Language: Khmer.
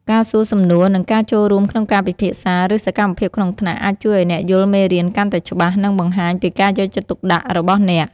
ការសួរសំណួរ និងការចូលរួមក្នុងការពិភាក្សា ឬសកម្មភាពក្នុងថ្នាក់ អាចជួយឱ្យអ្នកយល់មេរៀនកាន់តែច្បាស់ និងបង្ហាញពីការយកចិត្តទុកដាក់របស់អ្នក។